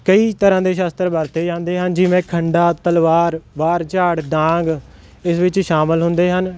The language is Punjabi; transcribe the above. ਕਈ ਤਰ੍ਹਾਂ ਦੇ ਸ਼ਸਤਰ ਵਰਤੇ ਜਾਂਦੇ ਹਨ ਜਿਵੇਂ ਖੰਡਾ ਤਲਵਾਰ ਬਾਹਰ ਝਾੜ ਡਾਂਗ ਇਸ ਵਿੱਚ ਸ਼ਾਮਿਲ ਹੁੰਦੇ ਹਨ